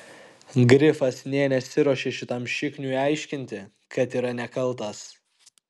grifas nė nesiruošė šitam šikniui aiškinti kad yra nekaltas